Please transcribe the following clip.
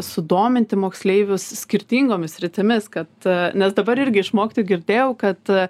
sudominti moksleivius skirtingomis sritimis kad nes dabar irgi išmokti girdėjau kad